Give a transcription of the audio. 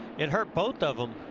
it hurt both of